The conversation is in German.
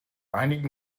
einigen